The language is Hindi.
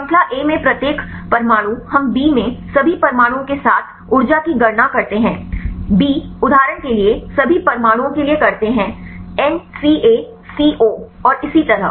श्रृंखला ए में प्रत्येक परमाणु हम बी में सभी परमाणुओं के साथ ऊर्जा की गणना करते हैं बी उदाहरण के लिए सभी परमाणुओं के लिए करते हैं एन सीए सीओ और इसी तरह